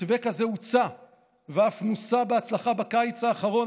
מתווה כזה הוצע ואף נוסה בהצלחה בקיץ האחרון,